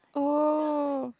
oh